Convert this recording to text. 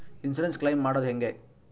Insurance claim ಮಾಡದು ಹೆಂಗೆ?